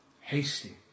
hasty